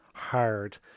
hard